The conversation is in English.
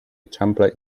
trumpet